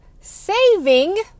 saving